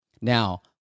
Now